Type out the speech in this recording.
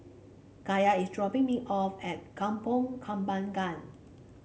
Kaya is dropping me off at Kampong Kembangan